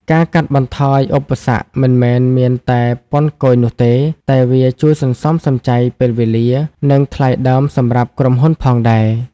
ការកាត់បន្ថយឧបសគ្គមិនមែនមានតែពន្ធគយនោះទេ គឺវាជួយសន្សំសំចៃពេលវេលា និងថ្លៃដើមសម្រាប់ក្រុមហ៊ុនផងដែរ។